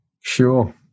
Sure